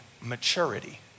maturity